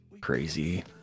Crazy